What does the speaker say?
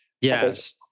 Yes